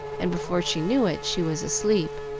and before she knew it she was asleep.